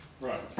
Right